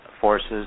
forces